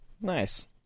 nice